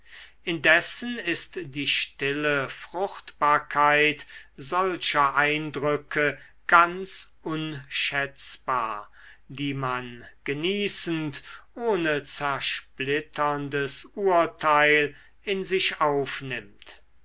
indessen ist die stille fruchtbarkeit solcher eindrücke ganz unschätzbar die man genießend ohne zersplitterndes urteil in sich aufnimmt